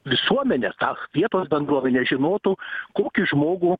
visuomenė ta vietos bendruomenė žinotų kokį žmogų